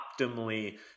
optimally